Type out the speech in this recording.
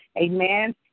Amen